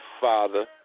Father